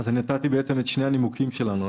הצגתי את שני הנימוקים שלנו.